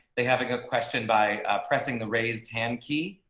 they have a good question by pressing the raised hand key.